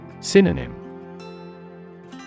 Synonym